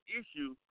issue